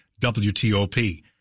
WTOP